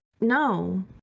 no